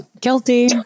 Guilty